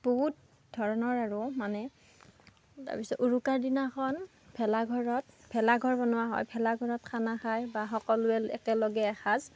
বহুত ধৰণৰ আৰু মানে তাৰ পিছত উৰুকাৰ দিনাখন ভেলাঘৰত ভেলাঘৰ বনোৱা হয় ভেলাঘৰত খানা খায় বা সকলোৱে একেলগে এসাজ